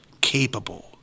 capable